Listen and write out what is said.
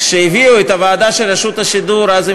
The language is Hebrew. כשהביאו את הוועדה של רשות השידור אז,